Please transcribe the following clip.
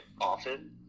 often